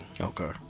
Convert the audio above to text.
Okay